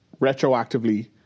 retroactively